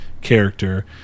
character